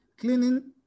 cleaning